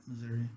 Missouri